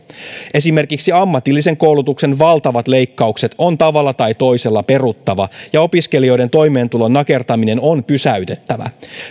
esimerkiksi ammatillisen koulutuksen valtavat leikkaukset on tavalla tai toisella peruttava ja opiskelijoiden toimeentulon nakertaminen on pysäytettävä